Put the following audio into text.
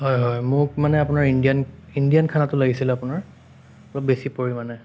হয় হয় মোক মানে আপোনাৰ ইণ্ডিয়ান ইণ্ডিয়ান খানাটো লাগিছিল আপোনাৰ অলপ বেছি পৰিমাণে